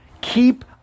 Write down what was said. Keep